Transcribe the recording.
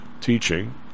teaching